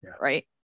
Right